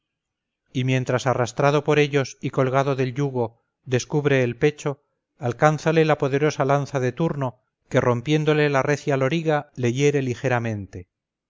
y mientras arrastrado por ellos y colgado del yugo descubre el pecho alcánzale la poderosa lanza de turno que rompiéndole la recia loriga le hiere ligeramente